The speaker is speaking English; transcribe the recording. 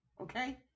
okay